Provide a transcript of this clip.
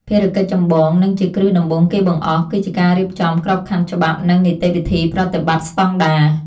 ភារកិច្ចចម្បង និងជាគ្រឹះដំបូងគេបង្អស់ គឺការរៀបចំក្របខណ្ឌច្បាប់ និងនីតិវិធីប្រតិបត្តិស្តង់ដារ។